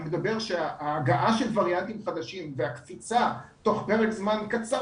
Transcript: אני מדבר על כך שההגעה של וריאנטים חדשים והקפיצה תוך פרק זמן קצר